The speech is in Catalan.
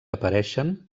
apareixen